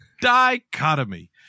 Dichotomy